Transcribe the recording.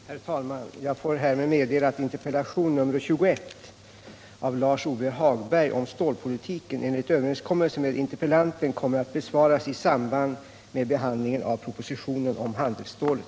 Herr talman! Jag får härmed meddela att interpellation nr 21 av Lars Ove Hagberg om stålpolitiken enligt överenskommelse med interpellanten kommer att besvaras i samband med behandlingen av propositionen om handelsstålet.